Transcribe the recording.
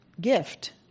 gift